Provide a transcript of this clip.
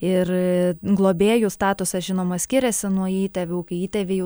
ir globėjų statusas žinoma skiriasi nuo įtėvių kai įtėviai jau